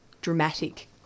dramatic